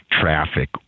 traffic